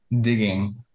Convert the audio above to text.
digging